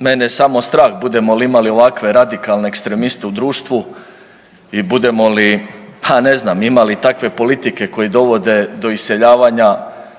mene je samo strah budemo li imali ovakve radikalne ekstremiste u društvu i budemo li, ha ne znam, imali takve politike koji dovode do iseljavanja,